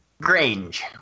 Grange